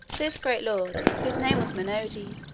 this great lord, whose name was munodi,